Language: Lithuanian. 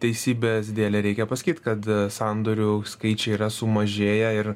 teisybės dėlei reikia pasakyt kad sandorių skaičiai yra sumažėję ir